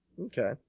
Okay